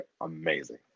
amazing